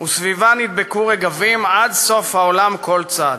וסביבה נדבקו רגבים עד סוף העולם כל צד".